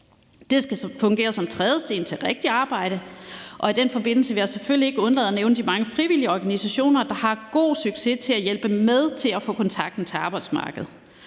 Det skal fungere som trædesten til rigtigt arbejde, og i den forbindelse vil jeg selvfølgelig ikke undlade at nævne de mange frivillige organisationer, der har god succes med at hjælpe med at få kontakt til arbejdsmarkedet.